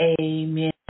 Amen